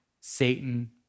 Satan